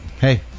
hey